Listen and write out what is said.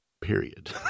Period